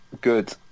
good